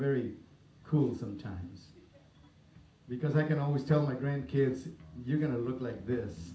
very cool sometimes because i can always tell my grandkids you're going to look like this